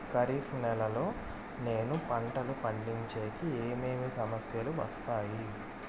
ఖరీఫ్ నెలలో నేను పంటలు పండించేకి ఏమేమి సమస్యలు వస్తాయి?